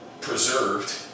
preserved